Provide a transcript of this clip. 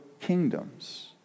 kingdoms